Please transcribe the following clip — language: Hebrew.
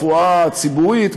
הרפואה הציבורית,